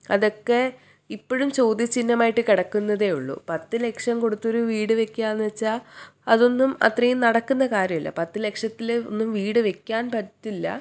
അതൊക്കെ ഇപ്പോഴും ചോദ്യചിഹ്നമായിട്ട് കിടക്കുന്നതേയുള്ളു പത്തുലക്ഷം കൊടുത്തൊരു വീട് വയ്ക്കുകയെന്നു വച്ചാൽ അതൊന്നും അത്രയും നടക്കുന്ന കാര്യമല്ല പത്തുലക്ഷത്തിലൊന്നും വീട് വയ്ക്കാൻ പറ്റില്ല